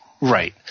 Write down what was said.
Right